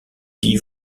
dit